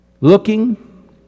Looking